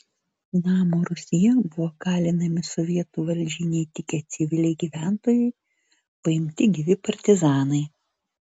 namo rūsyje buvo kalinami sovietų valdžiai neįtikę civiliai gyventojai paimti gyvi partizanai